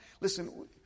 listen